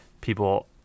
people